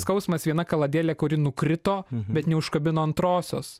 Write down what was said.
skausmas viena kaladėlė kuri nukrito bet neužkabino antrosios